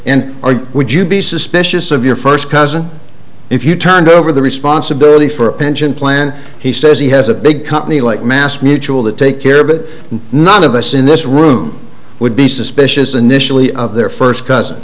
and would you be suspicious of your first cousin if you turned over the responsibility for a pension plan he says he has a big company like mass mutual that take care of it none of us in this room would be suspicious initially of their first cousin